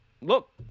look